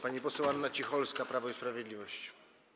Pani poseł Anna Cicholska, Prawo i Sprawiedliwość.